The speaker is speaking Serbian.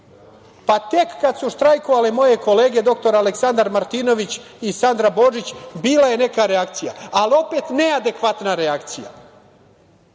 Pa tek kada su štrajkovale moje kolege dr Aleksandar Martinović i Sandra Božić bila je neka reakcija, ali opet neadekvatna redakcija. Kada